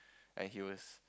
and he was